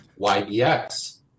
YBX